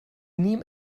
nehmen